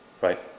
right